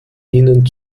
ihnen